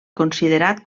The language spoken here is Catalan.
considerat